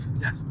Yes